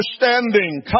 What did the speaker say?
understanding